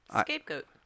scapegoat